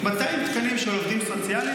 200 תקנים של עובדים סוציאליים.